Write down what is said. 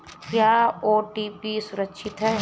क्या ओ.टी.पी सुरक्षित है?